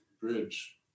bridge